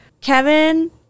Kevin